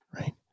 right